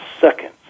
seconds